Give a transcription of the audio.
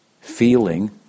feeling